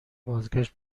بازگشت